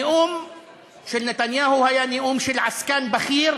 הנאום של נתניהו היה נאום של עסקן בכיר,